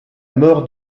mort